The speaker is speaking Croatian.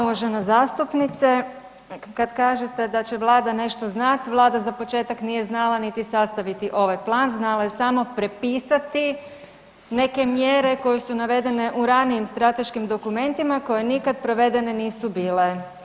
Uvažena zastupnice, kad kažete da će vlada nešto znat, vlada za početak nije znala niti sastaviti ovaj plan, znala je samo prepisati neke mjere koje su navedene u ranijim strateškim dokumentima koje nikad provedene nisu bile.